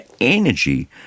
energy